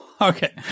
okay